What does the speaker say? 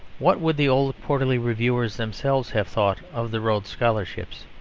what would the old quarterly reviewers themselves have thought of the rhodes scholarships?